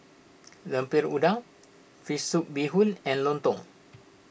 Lemper Udang Fish Soup Bee Hoon and Lontong